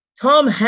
Tom